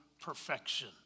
perfection